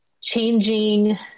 changing